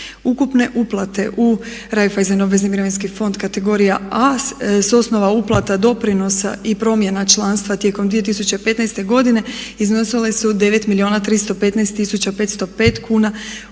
Ukupne uplate u Reiffeisen obvezni mirovinski fond kategorija A sa osnova uplata doprinosa i promjena članstva tijekom 2015. godine iznosile su 9 milijuna